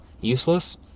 useless